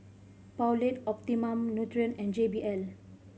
Poulet Optimum Nutrition and J B L